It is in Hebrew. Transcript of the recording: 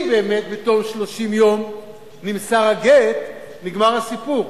אם באמת בתוך 30 יום נמסר הגט, נגמר הסיפור.